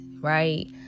right